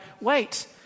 wait